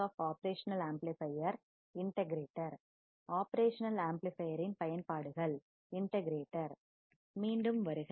operational amplifier இன் பயன்பாடுகள் integrator மீண்டும் வருக